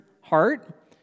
heart